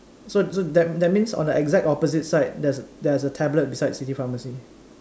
so so that that's means on the exact opposite side there's there's a tablet beside city pharmacy